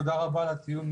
תודה רבה על הדיון,